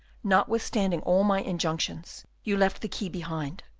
notwithstanding all my injunctions, you left the key behind,